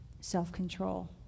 self-control